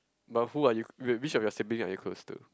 but who are you wait which of your sibling are you close to